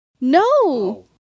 No